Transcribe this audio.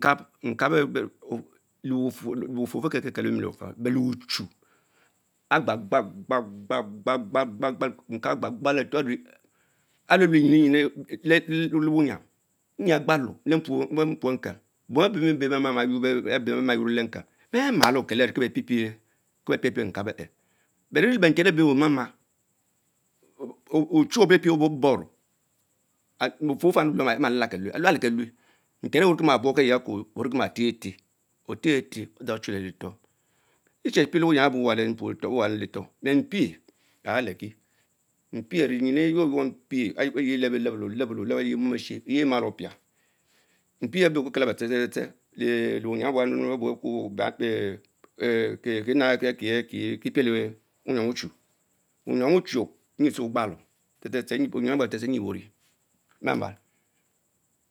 Mkap ah le ufur efie kelkie-kettle- okelo, but le-uchu, ah agba aghal-gbal-gbal, goal nkap agbagbal aretor alveluch nyiny leh wunyam, enye agbalo le mpuch mkem, bom eben be mal sena moro le mpuch mkem bey malo arch wie beh piel piel nkam aha, but evil le benten abey oma maa ochume oborie boro Wufurr ofah ah mah lebal kelue, ahalolnten ehh ornekie ma buong keys Koma teh teh, oh tenter odgang schule letor. Echie pre lebuyam Chun ewa letor, le-mpich ameki, impress areyi eyor mpieth eyi mom estrier emalo spiah, mpich oque okekel ebur tse tse tse leh unyiam ehbua ebu be kuo chie ehh kie neh nah kie upreten uyam uchu, le-nyom uch enzie chine wingbalo the the uyam abua tse tse tse enyie arie. Emamal.,